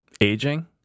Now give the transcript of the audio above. aging